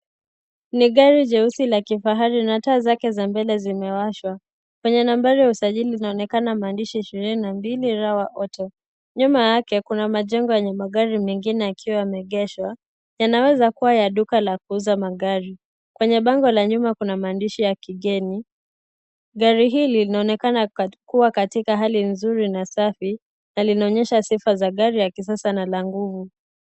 Ni gari jeusi la kifahari na taa zake za mbele zimewashwa. Kwenye nambari ya usajili kunaonekana maandishi ishirini na mbili Rawa Moto. Nyuma yake kuna majengo yenye magari mengine yakiwa yameegeshwa. Yanaweza kuwa ya duka la kuuza magari. Kwenye bango la nyuma kuna maandishi ya kigeni. Gari linaonekana kuwa katika hali nzuri na safi na linaonyesha sifa za kisasa na la nguvu.